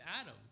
Adam